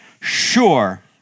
sure